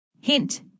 Hint